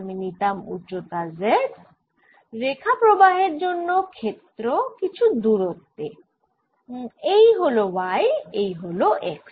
আমি নিতাম উচ্চতা z রেখা প্রবাহের জন্য ক্ষেত্র কিছু দূরত্বে এই হল y এই হল x